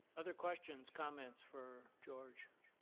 other questions, comments for george?